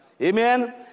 Amen